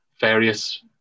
various